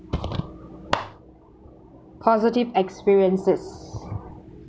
positive experiences